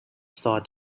thought